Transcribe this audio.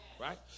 right